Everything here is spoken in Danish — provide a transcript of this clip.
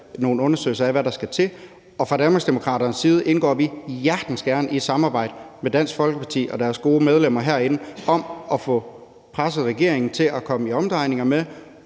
nogle undersøgelser af, hvad der skal til. Fra Danmarksdemokraternes side indgår vi hjertens gerne i et samarbejde med Dansk Folkeparti og deres gode medlemmer herinde om at få presset regeringen til at komme i omdrejninger med